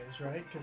right